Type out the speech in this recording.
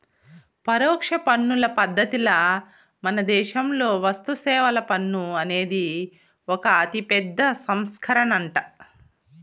పరోక్ష పన్నుల పద్ధతిల మనదేశంలో వస్తుసేవల పన్ను అనేది ఒక అతిపెద్ద సంస్కరనంట